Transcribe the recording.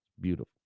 Beautiful